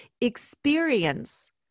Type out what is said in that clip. experience